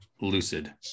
lucid